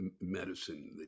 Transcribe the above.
medicine